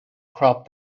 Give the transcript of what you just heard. crop